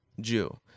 Jew